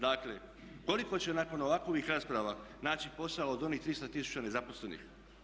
Dakle, koliko će nakon ovakvih rasprava naći posao od onih 300 tisuća nezaposlenih?